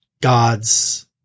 God's